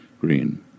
Green